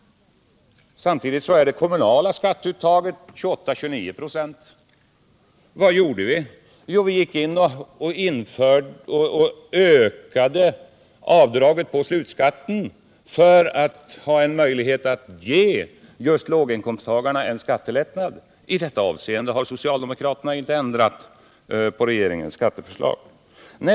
Samtidigt är det kommunala skatteuttaget 28-29 96. Vad gjorde vi? Jo, vi ökade avdraget på slutskatten för att ha en möjlighet att ge just låginkomsttagarna en skattelättnad. I detta avseende har socialdemokraterna inte ändrat på regeringens skatteförslag.